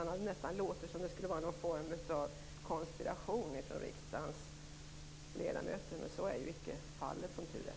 Det låter nästan som om det skulle vara fråga om någon form av konspiration från riksdagens ledamöter, men så är icke fallet som tur är.